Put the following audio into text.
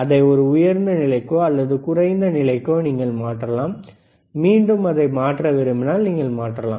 அதை ஒரு உயர்ந்த நிலைக்கோ அல்லது குறைந்த நிலைக்கோ நீங்கள் மாற்றலாம் மீண்டும் அதை மாற்ற விரும்பினால் நீங்கள் மாற்றலாம்